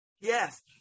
yes